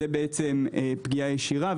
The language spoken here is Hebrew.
זה פגיעה ישירה,